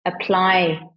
apply